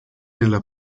nella